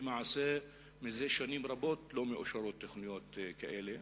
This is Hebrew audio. למעשה מזה שנים רבות לא מאושרות תוכניות כאלה.